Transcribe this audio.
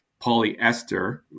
polyester